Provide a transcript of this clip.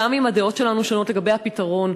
גם אם הדעות שלנו שונות לגבי הפתרון.